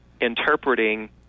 interpreting